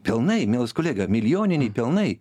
pelnai mielas kolega milijoniniai pelnai